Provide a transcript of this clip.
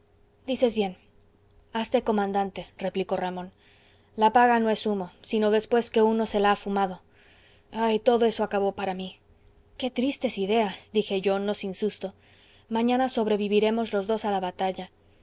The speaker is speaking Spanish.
dices bien hazte comandante exclamó ramón la paga no es humo sino después que uno se la ha fumado ay todo eso acabó para mí qué tristes ideas dije yo no sin susto mañana sobreviviremos los dos a la batalla